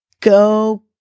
Go